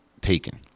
taken